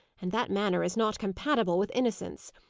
and that manner is not compatible with innocence,